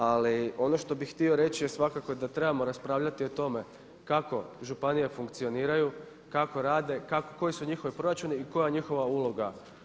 Ali ono što bih htio reći je svakako da trebamo raspravljati o tome kako županije funkcioniraju, kako rade, koji su njihovi proračuni i koja je njihova uloga.